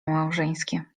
małżeńskie